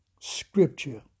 Scripture